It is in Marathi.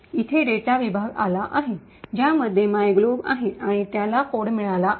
इथे डेटा विभाग आला आहे ज्यामध्ये मायग्लोब आहे आणि त्याला कोड मिळाला आहे